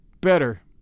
Better